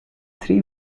three